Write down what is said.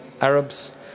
arabs